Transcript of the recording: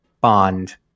bond